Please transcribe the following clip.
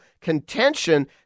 contention